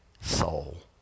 soul